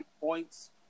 points